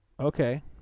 Okay